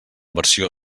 versió